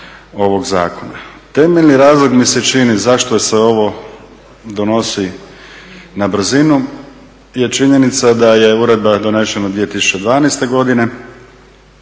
Temeljni razlog mi se čini zašto se ovo donosi na brzinu je činjenica da je uredba donešena 2012. godine,